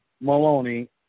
Maloney